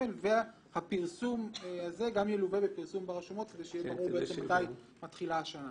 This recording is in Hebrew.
אני מבין שהם לא יצטרכו לעשות שום דבר עד שלא תגבשו עמדה.